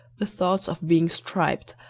the thoughts of being striped,